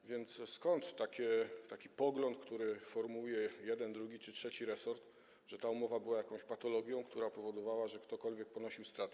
A więc skąd taki pogląd, który formułuje jeden, drugi czy trzeci resort, że ta umowa była jakąś patologią, która powodowała, że ktokolwiek ponosił straty?